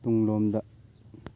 ꯇꯨꯡꯂꯣꯝꯗ